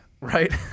Right